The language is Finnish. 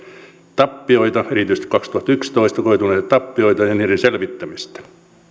tappioita erityisesti kaksituhattayksitoista koituneita tappioita ja niiden selvittämistä